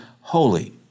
holy